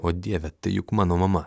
o dieve juk mano mama